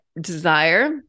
desire